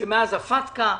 שמאז הפטקא,